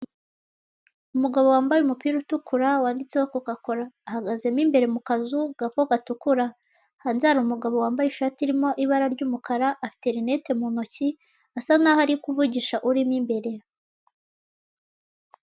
Umugabo wambaye umupira utukura wanditseho coca cola. Ahagazemo imbere mu kazu gato gatukura. Hanze hari umugabo wambaye ishati irimo ibara ry'umukara afite lunette mu ntoki, asa n'aho ari kuvugisha urimo imbere.